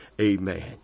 Amen